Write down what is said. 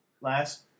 last